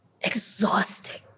exhausting